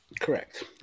Correct